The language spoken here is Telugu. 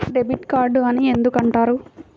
డెబిట్ కార్డు అని ఎందుకు అంటారు?